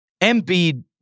Embiid